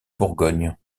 bourgogne